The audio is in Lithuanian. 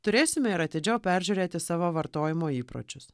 turėsime ir atidžiau peržiūrėti savo vartojimo įpročius